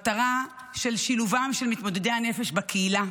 מטרת שילובם של מתמודדי הנפש בקהילה,